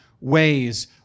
ways